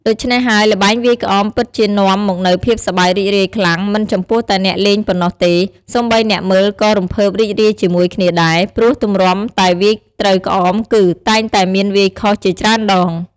ដូច្នេះហើយ ល្បែងវាយក្អមពិតជានាំមកនូវភាពសប្បាយរីករាយខ្លាំង មិនចំពោះតែអ្នកលេងប៉ុណ្ណោះទេ សូម្បីអ្នកមើលក៏រំភើបរីករាយជាមួយគ្នាដែរ ព្រោះទម្រាំតែវាយត្រូវក្អមគឺ តែងតែមានវាយខុសជាច្រើនដង។